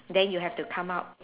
then you have to come up